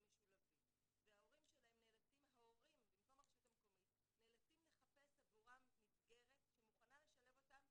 משולבים וההורים שלהם נאלצים לחפש עבורם מסגרת שמוכנה לשלב אותם,